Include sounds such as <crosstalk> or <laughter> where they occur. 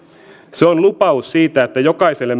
se on lupaus siitä että jokaiselle <unintelligible>